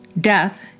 death